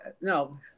no